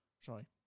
Sorry